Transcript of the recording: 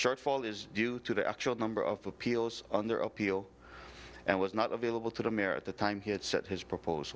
shortfall is due to the actual number of appeals on their appeal and was not available to merit the time he had set his propos